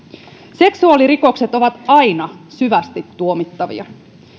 seksuaalirikokset ovat aina syvästi tuomittavia